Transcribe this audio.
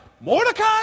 Mordecai